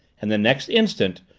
and the next instant,